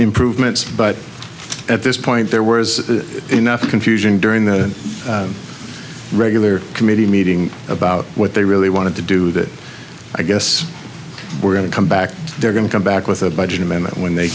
improvements but at this point there were enough confusion during the regular committee meeting about what they really wanted to do that i guess we're going to come back they're going to come back with a budget amendment when they